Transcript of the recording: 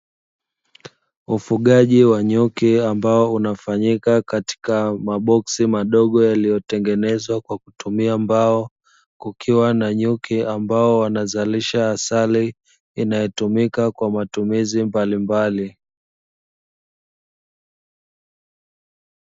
Ufugaji wa nyuki ambao unafanyika katika maboksi madogo yaliyotengenezwa kwa kutumia mbao, kukiwa na nyuki ambao wanazalisha asali inayotumika kwa matumizi mbalimbali.